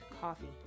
Coffee